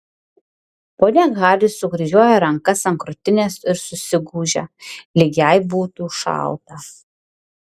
ponia haris sukryžiuoja rankas ant krūtinės ir susigūžia lyg jai būtų šalta